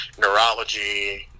neurology